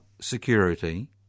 security